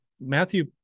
matthew